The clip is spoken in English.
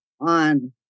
on